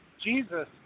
Jesus